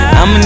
I'ma